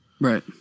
Right